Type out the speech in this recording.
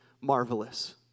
marvelous